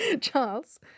Charles